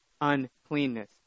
uncleanness